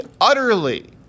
utterly